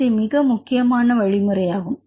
இது மிக முக்கியமான ஒரு வழிமுறையாகும்